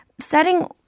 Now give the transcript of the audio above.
setting